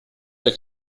der